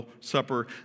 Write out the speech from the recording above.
Supper